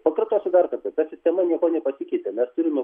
pakartosiu dar kartą ta sistema niekuo nepasikeitė mes turime